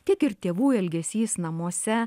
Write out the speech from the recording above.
tiek ir tėvų elgesys namuose